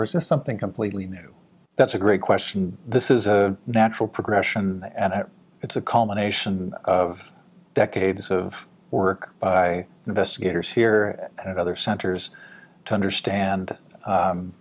this something completely new that's a great question this is a natural progression and it's a combination of decades of work by investigators here and other centers to understand